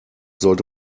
sollte